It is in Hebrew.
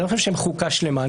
אני חושב שהם חוקה שלמה.